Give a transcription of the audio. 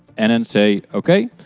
and then say ok.